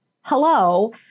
hello